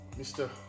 Mr